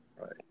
Right